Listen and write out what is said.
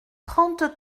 trente